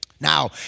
Now